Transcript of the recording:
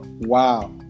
Wow